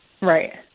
Right